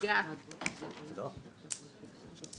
אדוני היושב-ראש,